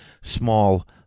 small